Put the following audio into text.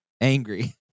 Angry